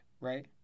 Right